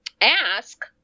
ask